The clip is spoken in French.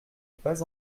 pas